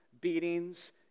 beatings